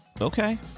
Okay